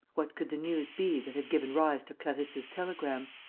what could the news be that had given rise to clarisse's telegram?